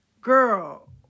girl